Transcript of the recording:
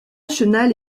chenal